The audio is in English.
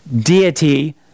deity